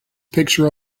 picture